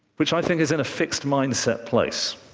which i think is in a fixed-mindset place,